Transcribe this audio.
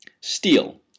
steel